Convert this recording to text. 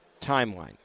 timeline